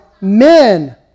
men